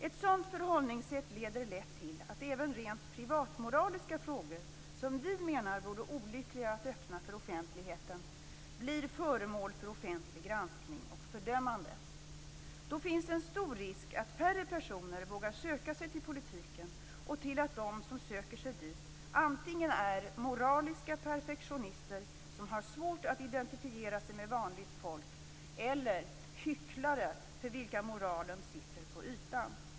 Ett sådant förhållningssätt leder lätt till att även rent privatmoraliska frågor, som vi menar vore olyckliga att öppna för offentligheten, blir föremål för offentlig granskning och fördömande. Då finns en stor risk att färre personer vågar söka sig till politiken och för att de som söker sig dit antingen är moraliska perfektionister som har svårt att identifiera sig med vanligt folk eller hycklare för vilka moralen sitter på ytan.